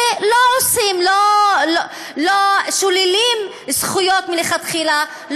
ולא שוללים זכויות מלכתחילה,